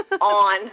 on